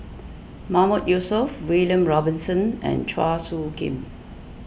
Mahmood Yusof William Robinson and Chua Soo Khim